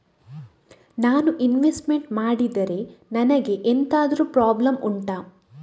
ನಾನು ಇನ್ವೆಸ್ಟ್ ಮಾಡಿದ್ರೆ ನನಗೆ ಎಂತಾದ್ರು ಪ್ರಾಬ್ಲಮ್ ಉಂಟಾ